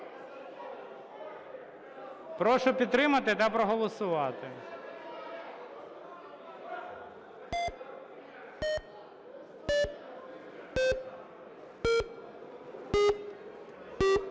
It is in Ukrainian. Прошу підтримати та проголосувати.